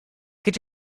could